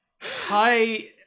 hi